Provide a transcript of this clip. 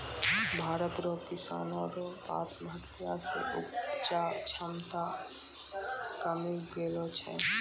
भारत रो किसानो रो आत्महत्या से उपजा क्षमता कमी गेलो छै